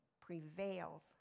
prevails